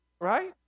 Right